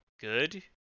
good